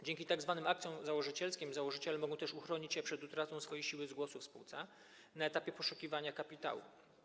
Dzięki tzw. akcjom założycielskim założyciele mogą też uchronić się przed utratą swojej siły głosów w spółce na etapie poszukiwania kapitału.